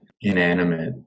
inanimate